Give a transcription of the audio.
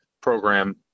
program